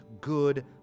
good